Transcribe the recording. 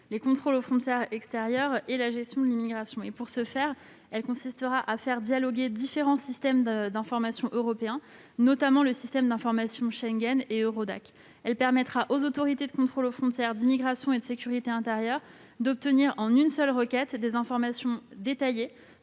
les contrôles aux frontières extérieures et la gestion de l'immigration. Elle consistera à faire dialoguer différents systèmes d'information européens, notamment les systèmes d'information Schengen et Eurodac. Elle permettra aux autorités de contrôle aux frontières, d'immigration et de sécurité intérieure d'obtenir en une seule requête des informations détaillées